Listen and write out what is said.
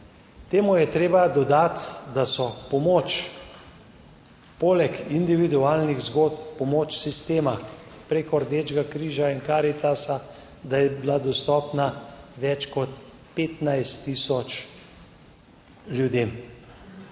Temu je treba dodati, da so pomoč poleg individualnih zgodb, pomoč sistema preko Rdečega križa in Karitasa, da je bila dostopna več kot 15 tisoč ljudem.